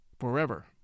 forever